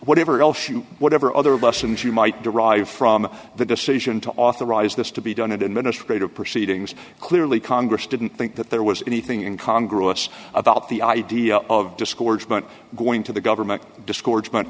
whatever else you whatever other blessings you might derive from the decision to authorize this to be done it and minister greater proceedings clearly congress didn't think that there was anything in congress about the idea of discords but going to the government discouragement